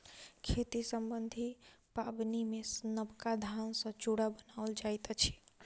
खेती सम्बन्धी पाबनिमे नबका धान सॅ चूड़ा बनाओल जाइत अछि